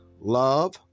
love